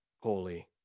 holy